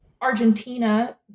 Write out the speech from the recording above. Argentina